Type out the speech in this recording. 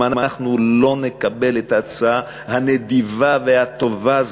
אם אנחנו לא נקבל את ההצעה הנדיבה והטובה הזאת,